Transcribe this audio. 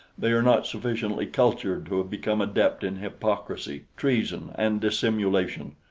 they are not sufficiently cultured to have become adept in hypocrisy, treason and dissimulation.